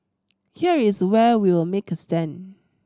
here is where we will make a stand